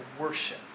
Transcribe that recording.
worship